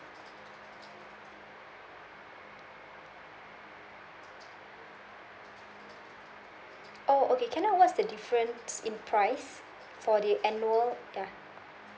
oh okay can I know what's the difference in price for the annual ya